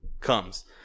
comes